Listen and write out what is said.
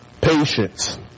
Patience